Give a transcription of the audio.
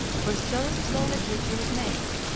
for so this lovely creature was named,